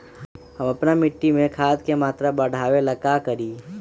हम अपना मिट्टी में खाद के मात्रा बढ़ा वे ला का करी?